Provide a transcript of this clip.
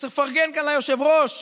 וצריך לפרגן כאן ליושב-ראש,